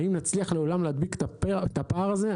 האם נצליח לעולם להדביק את הפער הזה?